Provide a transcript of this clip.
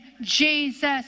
Jesus